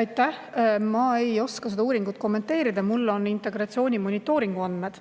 Aitäh! Ma ei oska seda uuringut kommenteerida. Mul on integratsioonimonitooringu andmed